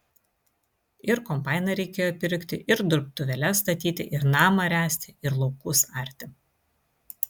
ir kombainą reikėjo pirkti ir dirbtuvėles statyti ir namą ręsti ir laukus arti